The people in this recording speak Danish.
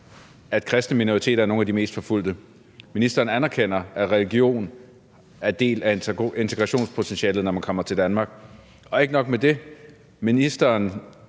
at kristne minoriteter er nogle af de mest forfulgte. Ministeren anerkender, at religion er en del af integrationspotentialet, når man kommer til Danmark. Og ikke nok med det: Når